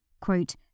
quote